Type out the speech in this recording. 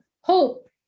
hope